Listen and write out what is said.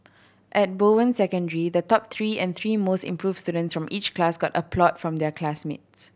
at Bowen Secondary the top three and the three most improved students from each class got applause from their classmates